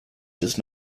does